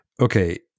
okay